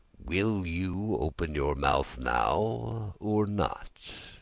will you open your mouth now or not? ah!